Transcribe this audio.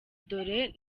dore